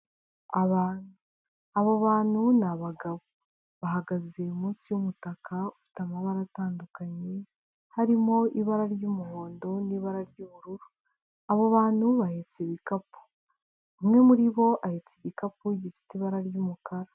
Abo bantu ni abagabo, bahagaze munsi y'umutaka ufite amabara atandukanye, harimo ibara ry'umuhondo n'ibara ry'ubururu, abo bantu bahetse ibikapu, umwe muri bo ahetse igikapu gifite ibara ry'umukara.